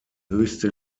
höchste